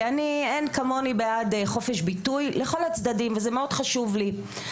כי אני אין כמוני בעד חופש ביטוי לכל הצדדים וזה מאוד חשוב לי,